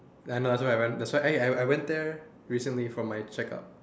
ya I know that's why I went that's why I I went there recently for my checkup